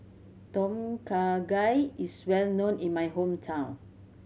Tom Kha Gai is well known in my hometown